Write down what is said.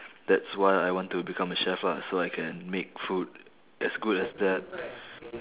that's why I want to become a chef lah so I can make food as good as that